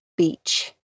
Beach